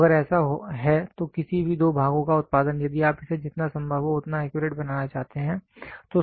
तो अगर ऐसा है तो किसी भी दो भागों का उत्पादन यदि आप इसे जितना संभव हो उतना एक्यूरेट बनाना चाहते हैं तो संभव नहीं है